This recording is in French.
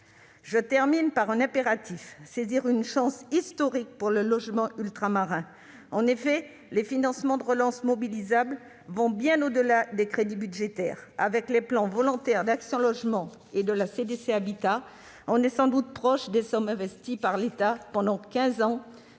Je termine par un impératif : saisir la chance historique qui se présente pour le logement ultramarin. En effet, les financements de relance mobilisables vont bien au-delà des crédits budgétaires ; avec les plans d'investissement volontaire d'Action Logement et de CDC Habitat, on est sans doute proche des sommes investies par l'État pendant quinze